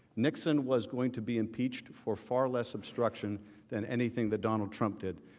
dixon was going to be impeached for far less obstruction than anything that donald trump did.